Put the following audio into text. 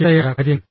ചിട്ടയായ കാര്യങ്ങൾ